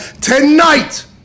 tonight